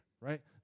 Right